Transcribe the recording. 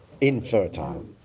infertile